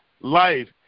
life